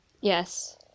yes